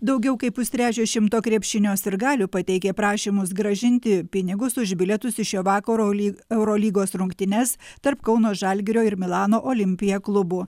daugiau kaip pustrečio šimto krepšinio sirgalių pateikė prašymus grąžinti pinigus už bilietus į šio vakaro lyg eurolygos rungtynes tarp kauno žalgirio ir milano olimpija klubų